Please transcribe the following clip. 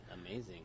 amazing